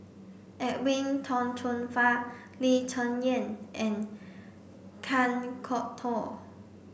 Edwin Tong Chun Fai Lee Cheng Yan and Kan Kwok Toh